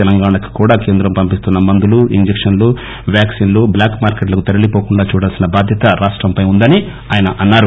తెలంగాణాకి కూడా కేంద్రం పంపిస్తున్న మందులు ఇంజక్షన్లు వాక్పిన్లు బ్లాక్ మార్కెట్ లకు తరలిపోకుండా చూడాల్సిన బాధ్యత రాష్టంపై ఉందని ఆయన అన్నారు